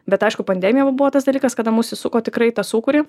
bet aišku pandemija jau buvo tas dalykas kada mus įsuko tikrai į tą sūkurį